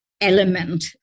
element